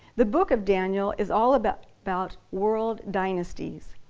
the book of daniel is all about about world dynasties.